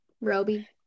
Roby